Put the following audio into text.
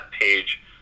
page